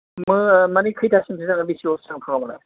मो मानि खैथासिमसो जागोन बिसि गोबावसिम फग्रामालाय